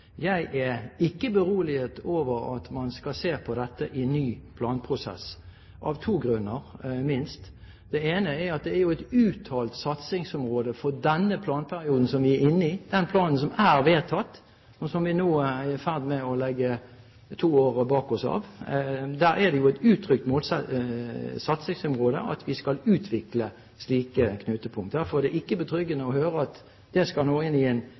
Jeg er ikke beroliget over at man skal se på dette i ny planprosess – av to grunner, minst. Den ene er at det er et uttalt satsingsområde for den planperioden som vi er inne i, med den planen som er vedtatt, og som vi nå er i ferd med å legge to år bak oss av, at vi skal utvikle slike knutepunkt. Derfor er det ikke betryggende å høre at det nå skal inn i en